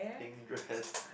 pink dress